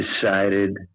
decided